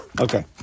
Okay